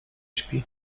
śpi